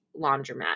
laundromat